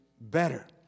better